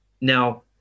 Now